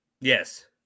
Yes